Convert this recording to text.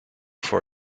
for